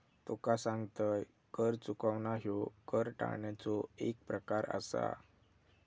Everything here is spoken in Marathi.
तुका सांगतंय, कर चुकवणा ह्यो कर टाळण्याचो एक प्रकार आसा